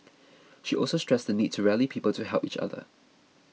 she also stressed the need to rally people to help each other